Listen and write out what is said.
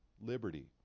liberty